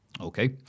Okay